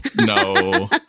no